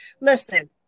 listen